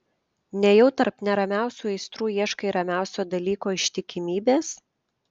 nejau tarp neramiausių aistrų ieškai ramiausio dalyko ištikimybės